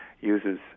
uses